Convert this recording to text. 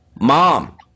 Mom